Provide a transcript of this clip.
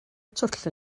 twll